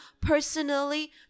personally